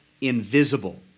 invisible